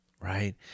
right